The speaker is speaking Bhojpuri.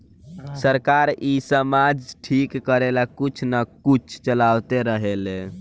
सरकार इ समाज ठीक करेला कुछ न कुछ चलावते रहेले